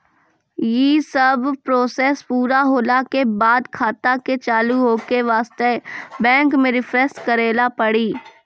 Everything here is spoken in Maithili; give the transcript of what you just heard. यी सब प्रोसेस पुरा होला के बाद खाता के चालू हो के वास्ते बैंक मे रिफ्रेश करैला पड़ी?